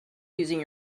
using